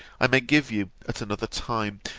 i may give you, at another time,